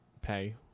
pay